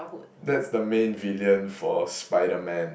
that's the main villain for Spiderman